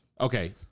Okay